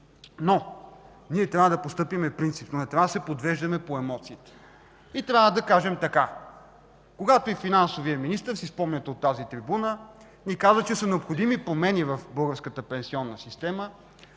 Но ние трябва да постъпим принципно. Не трябва да се подвеждаме по емоциите. Когато и финансовият министър – спомняте си, от тази трибуна – ни каза, че са необходими промени в българската пенсионна система